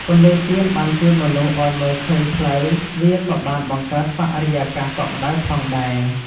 ពន្លឺទៀនបានជួយមនុស្សឲ្យមើលឃើញផ្លូវ វាក៏បានបង្កើតបរិយាកាសកក់ក្ដៅផងដែរ។